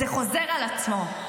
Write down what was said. זה חוזר על עצמו.